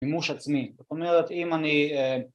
‫מימוש עצמי. זאת אומרת, אם אני...